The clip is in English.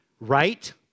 right